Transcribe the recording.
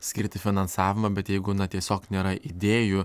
skirti finansavimą bet jeigu na tiesiog nėra idėjų